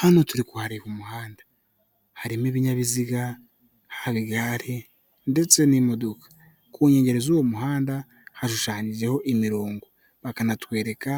Hano turi kuhareba umuhanda harimo ibinyabiziga, hari igare ndetse n'imodoka ku nkengero z'uwo muhanda hashushanyijeho imirongo, bakanatwereka